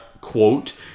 quote